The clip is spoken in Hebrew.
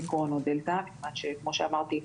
האומיקרון או דלתא מכיוון שכמו שאמרתי,